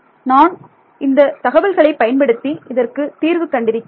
நான் இந்த தகவல்களை பயன்படுத்தி இதற்கு தீர்வு கண்டிருக்கிறேன்